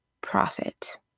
profit